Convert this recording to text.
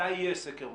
מתי יהיה סקר משאיות?